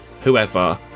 whoever